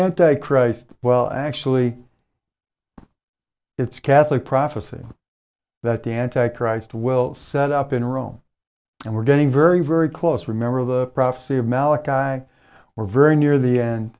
anti christ well actually it's catholic prophecy that the anti christ will set up in rome and we're getting very very close remember the prophecy of malikai were very near the end